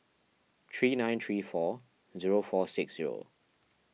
three nine three four zero four six zero